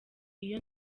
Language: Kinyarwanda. iyo